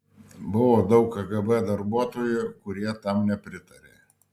buvo daug kgb darbuotojų kurie tam nepritarė